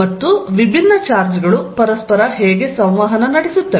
ಮತ್ತು ವಿಭಿನ್ನ ಚಾರ್ಜ್ಗಳು ಪರಸ್ಪರ ಹೇಗೆ ಸಂವಹನ ನಡೆಸುತ್ತವೆ